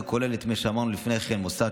זה כולל את מה שציינו לפני כן: המוסד,